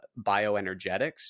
bioenergetics